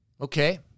Okay